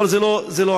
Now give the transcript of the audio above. אבל זה לא הנושא.